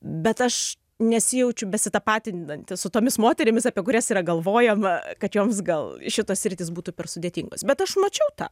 bet aš nesijaučiu besitapatinanti su tomis moterimis apie kurias yra galvojama kad joms gal šitos sritys būtų per sudėtingos bet aš mačiau tą